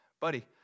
buddy